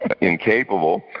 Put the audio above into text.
incapable